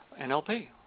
NLP